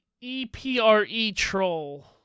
E-P-R-E-Troll